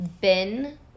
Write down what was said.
bin